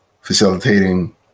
facilitating